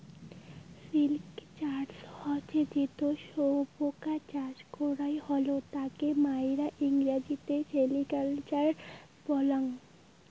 silk চাষ হসে যেটো শুয়োপোকা চাষ করাং হই তাকে মাইরা ইংরেজিতে সেরিকালচার বলাঙ্গ